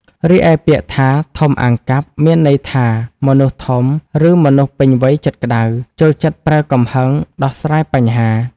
រីឯពាក្យថា" ធំអាងកាប់"មានន័យថាមនុស្សធំឬមនុស្សពេញវ័យចិត្តក្ដៅ ចូលចិត្តប្រើកំហឹងដោះស្រាយបញ្ហា។